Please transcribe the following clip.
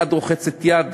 יד רוחצת יד,